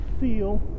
feel